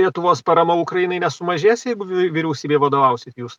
lietuvos parama ukrainai nesumažės jeigu vyriausybei vadovausit jūs